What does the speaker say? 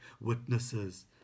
witnesses